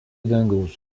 dangaus